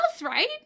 right